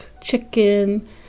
chicken